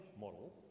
model